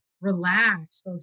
relax